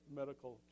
medical